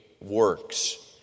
works